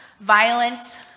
violence